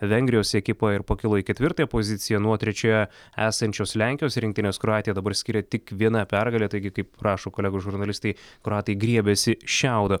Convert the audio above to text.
vengrijos ekipą ir pakilo į ketvirtąją poziciją nuo trečioje esančios lenkijos rinktinės kroatija dabar skiria tik viena pergalė taigi kaip rašo kolegos žurnalistai kroatai griebiasi šiaudo